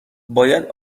باید